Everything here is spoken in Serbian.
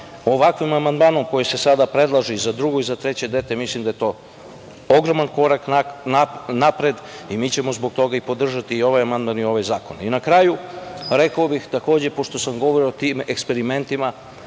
Ovakvim amandmanom koji se sada predlaže i za drugo i za treće dete mislim da je to ogroman korak napred i mi ćemo zbog toga i podržati i ovaj amandman i ovaj zakon. Na kraju, rekao bih takođe, pošto se govori o tom eksperimentima,